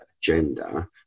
gender